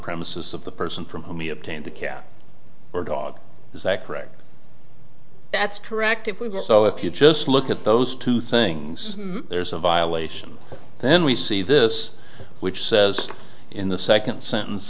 premises of the person from whom we obtained the cat or dog is that correct that's correct so if you just look at those two things there's a violation then we see this which says in the second sentence